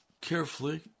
carefully